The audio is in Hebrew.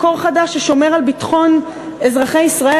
מקור חדש ששומר על ביטחון אזרחי ישראל,